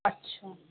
अच्छा